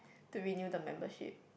to renew the membership